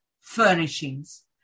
furnishings